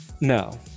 No